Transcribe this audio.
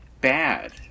bad